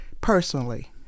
personally